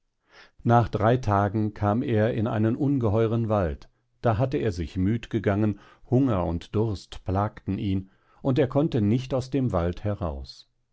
nach drei tagen kam er in einen ungeheuren wald da hatte er sich müd gegangen hunger und durst plagten ihn und er konnte nicht aus dem wald heraus